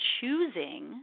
choosing